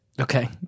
Okay